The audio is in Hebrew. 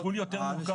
הטיפול יותר מורכב.